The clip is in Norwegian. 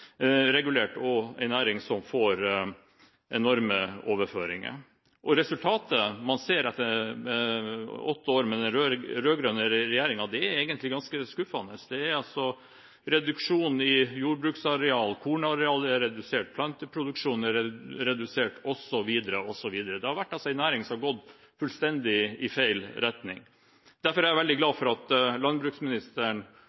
og overregulert, en næring som får enorme overføringer. Det man ser etter åtte år med den rød-grønne regjeringen, er egentlig ganske skuffende. Det er reduksjon i jordbruksarealet, kornarealet er redusert, planteproduksjonen er redusert, osv. osv. Det har altså vært en næring som har gått fullstendig i feil retning. Derfor er jeg veldig